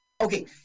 Okay